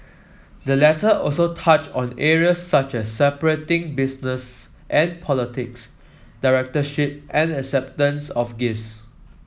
the letter also touched on areas such as separating business and politics directorship and acceptance of gifts